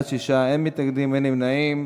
בעד, 6, אין נגד, אין נמנעים.